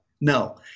No